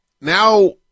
now